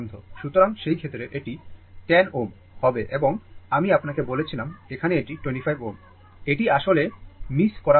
সুতরাং সেই ক্ষেত্রে এটি 10 Ω হবে এবং আমি আপনাকে বলেছিলাম এখানে এটি 25 Ω এটি আসলে মিস করা হয়েছে